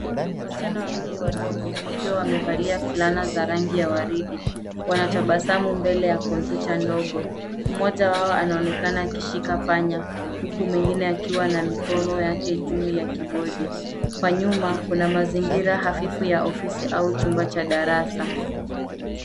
Wasichana wawili wadogo, wakiwa wamevalia fulana za rangi ya waridi, wanatabasamu mbele ya kompyuta ndogo. Mmoja wao anaonekana akishika panya, huku mwingine akiwa na mikono juu ya kibodi. Kwa nyuma kuna mazingira hafifu ya ofisi au chumba cha darasa.